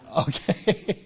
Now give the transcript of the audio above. okay